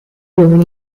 uomini